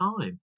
time